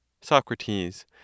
Socrates